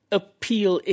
appeal